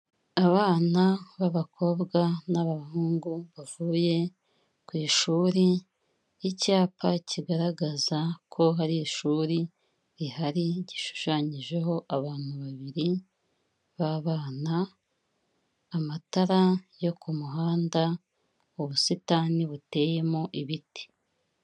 Abana b'abakobwa n'abahungu, bavuye ku ishuri, icyapa kigaragaza ko hari ishuri rihari gishushanyijeho abantu babiri b'abana, amatara yo ku muhanda, ubusitani buteyemo ibiti.